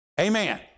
Amen